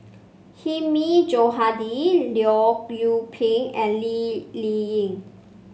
Hilmi Johandi Leong Yoon Pin and Lee Ling Yen